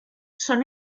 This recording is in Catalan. són